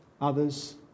others